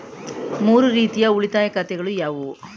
ಮೂರು ರೀತಿಯ ಉಳಿತಾಯ ಖಾತೆಗಳು ಯಾವುವು?